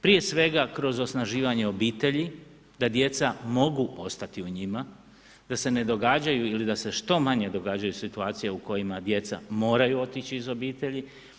Prije svega kroz osnaživanje obitelji da djeca mogu ostati u njima, da se ne događaju ili da se što manje događaju situacije u kojima djeca moraju otići iz obitelji.